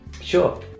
Sure